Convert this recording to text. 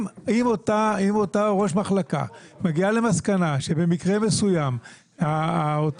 אם אותה ראש מחלקה מגיעה למסקנה שבמקרה מסוים אותו